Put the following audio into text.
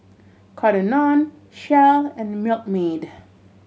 Cotton On Shell and Milkmaid